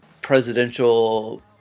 presidential